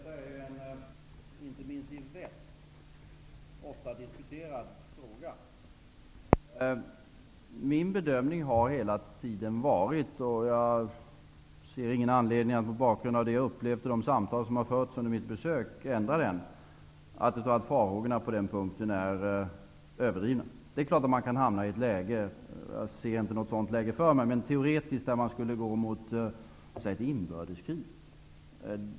Fru talman! Detta är en inte minst i pressen ofta diskuterad fråga. Min bedömning har hela tiden varit -- jag har ingen anledning att mot bakgrund av det jag har upplevt under de samtal som fördes under mitt besök ändra den -- att farhågorna på den punkten är överdrivna. Man kan naturligtvis hamna i ett läge -- jag ser inget sådant läge framför mig -- teoretiskt att man skulle gå mot ett inbördeskrig.